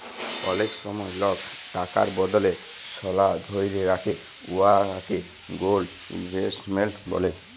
অলেক সময় লক টাকার বদলে সলা ধ্যইরে রাখে উয়াকে গোল্ড ইলভেস্টমেল্ট ব্যলে